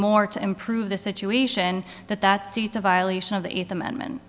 more to improve the situation that that's a violation of the eighth amendment